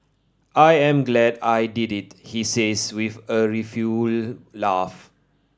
I am glad I did it he says with a rueful laugh